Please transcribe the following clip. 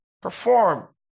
perform